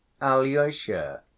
Alyosha